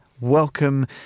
Welcome